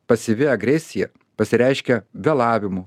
pasyvi agresija pasireiškia vėlavimu